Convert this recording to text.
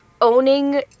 owning